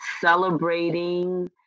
celebrating